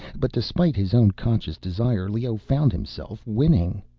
but despite his own conscious desire, leoh found himself winning!